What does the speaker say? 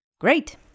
Great